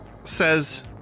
says